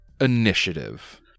initiative